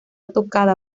tocada